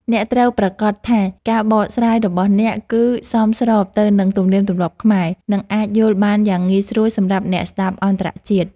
អ្នកត្រូវប្រាកដថាការបកស្រាយរបស់អ្នកគឺសមស្របទៅនឹងទំនៀមទម្លាប់ខ្មែរ និងអាចយល់បានយ៉ាងងាយស្រួលសម្រាប់អ្នកស្តាប់អន្តរជាតិ។